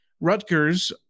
Rutgers